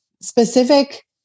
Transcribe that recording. specific